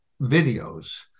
videos